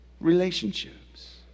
relationships